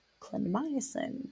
clindamycin